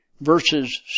verses